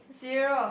zero